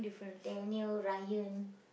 Daniel Ryan